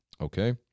Okay